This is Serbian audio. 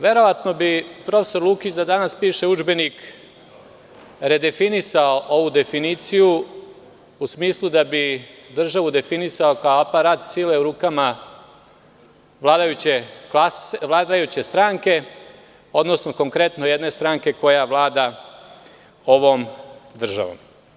Verovatno bi profesor Lukić, da danas piše udžbenik, redefinisao ovu definiciju u smislu da bi državu definisao kao aparat sile u rukama vladajuće stranke, odnosno konkretno jedne stranke koja vlada ovom državom.